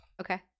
Okay